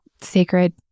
sacred